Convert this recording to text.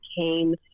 came